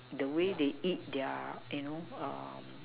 the way they eat their you know